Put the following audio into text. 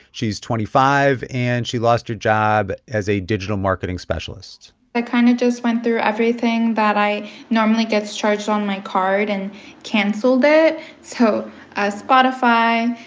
she's twenty five, and she lost her job as a digital marketing specialist i kind of just went through everything that i normally gets charged on my card and cancelled it so ah spotify,